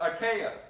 Achaia